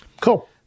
Cool